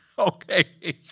Okay